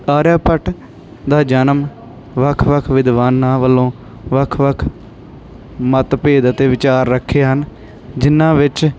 ਆਰਿਆ ਭੱਟ ਦਾ ਜਨਮ ਵੱਖ ਵੱਖ ਵਿਦਵਾਨਾਂ ਵੱਲੋਂ ਵੱਖ ਵੱਖ ਮੱਤਭੇਦ ਅਤੇ ਵਿਚਾਰ ਰੱਖੇ ਹਨ ਜਿਹਨਾਂ ਵਿੱਚ